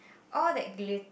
all that glitters